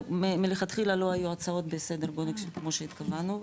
מלכתחילה לא היו הצעות בסדר גודל כמו שהתכוונו,